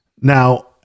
Now